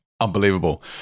unbelievable